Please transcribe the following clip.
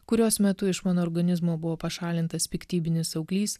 kurios metu iš mano organizmo buvo pašalintas piktybinis auglys